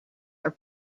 are